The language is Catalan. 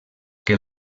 que